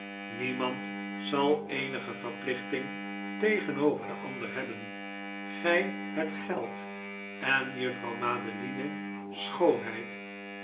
niemand zal eenige verplichting tegenover den ander hebben gij hebt geld en juffrouw madeline schoonheid